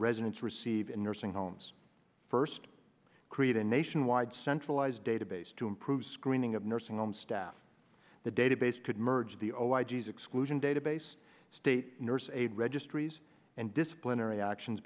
residents receive in nursing homes first create a nationwide centralized database to improve screening of nursing home staff the database could merge the o i g s exclusion database state nurse aid registries and disciplinary actions